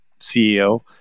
CEO